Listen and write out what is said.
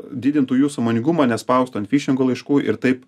didintų jų sąmoningumą nespaust ant fišingo laiškų ir taip